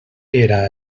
era